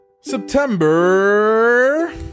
September